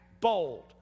bold